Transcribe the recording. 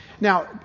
Now